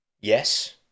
yes